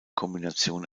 kombination